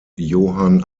johann